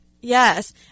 Yes